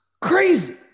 crazy